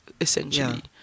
essentially